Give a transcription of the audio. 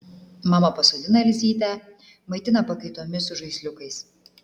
mama pasodina elzytę maitina pakaitomis su žaisliukais